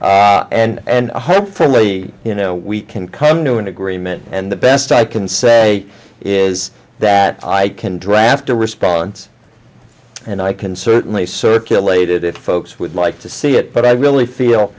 and hopefully you know we can come to an agreement and the best i can say is that i can draft a response and i can certainly circulated if folks would like to see it but i really feel